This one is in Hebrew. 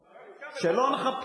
חבר הכנסת כבל,